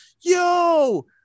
yo